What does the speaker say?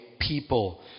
people